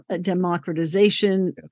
democratization